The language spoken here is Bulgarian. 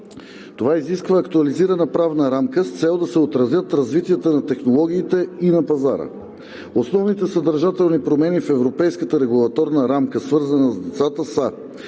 Това изисква актуализирана правна рамка с цел да се отразят развитията на технологиите и на пазара. Основните съдържателни промени в европейската регулаторна рамка, свързани с децата, са: